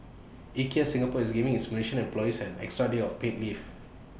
Ikea Singapore is giving its Malaysian employees an extra day of paid leave